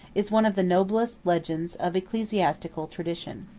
is one of the noblest legends of ecclesiastical tradition.